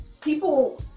people